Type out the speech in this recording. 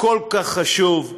הכל-כך חשוב,